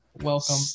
Welcome